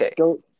Okay